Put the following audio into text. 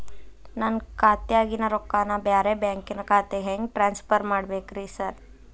ನನ್ನ ಖಾತ್ಯಾಗಿನ ರೊಕ್ಕಾನ ಬ್ಯಾರೆ ಬ್ಯಾಂಕಿನ ಖಾತೆಗೆ ಹೆಂಗ್ ಟ್ರಾನ್ಸ್ ಪರ್ ಮಾಡ್ಬೇಕ್ರಿ ಸಾರ್?